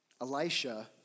Elisha